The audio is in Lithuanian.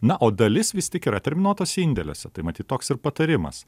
na o dalis vis tik yra terminuotuoses indeliuose tai matyt toks ir patarimas